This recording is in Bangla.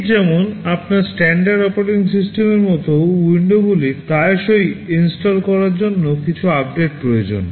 ঠিক যেমন আপনার স্ট্যান্ডার্ড অপারেটিং সিস্টেমগুলির মতো Windows প্রায়শই ইনস্টল করার জন্য কিছু আপডেট প্রয়োজন